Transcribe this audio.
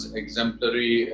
exemplary